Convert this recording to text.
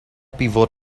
pivot